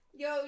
yo